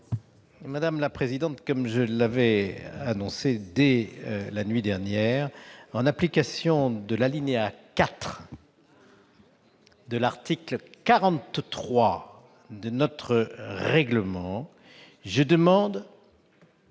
Madame la présidente, comme je l'avais annoncé dès la nuit dernière, en application de l'article 43, alinéa 4, du règlement, je demande